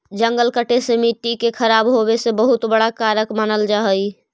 जंगल कटे से मट्टी के खराब होवे में बहुत बड़ा कारक मानल जा हइ